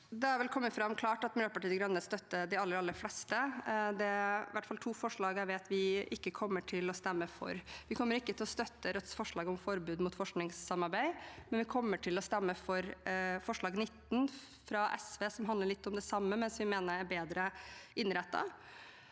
Det har vel kommet klart fram at Miljøpartiet De Grønne støtter de aller, aller fleste, men det er i hvert fall to forslag jeg vet vi ikke kommer til å stemme for. Vi kommer ikke til å støtte Rødts forslag om forbud mot forskningssamarbeid, men vi kommer til å stemme for forslag nr. 19, fra SV, som handler litt om det samme, men som vi mener er bedre innrettet.